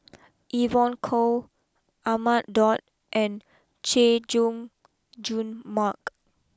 Evon Kow Ahmad Daud and Chay Jung Jun Mark